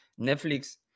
Netflix